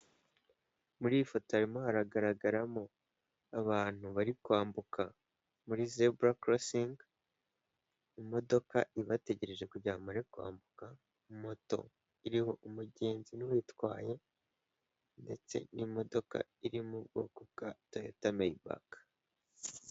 Muri iyi foto harimo hagaragaramo abantu bari kwambuka muri zebura korosingi, imodoka ibategereje kujyama kwambuka moto iriho umugenzi n'uyitwaye ndetse n'imodoka iri mu bwoko bwa toyota mayibake.